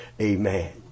Amen